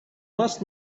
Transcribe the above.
must